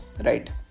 right